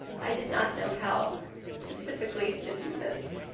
idea not know how specifically to do this.